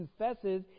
confesses